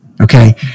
Okay